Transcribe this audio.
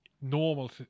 normal